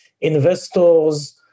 investors